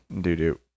doo-doo